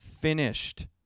finished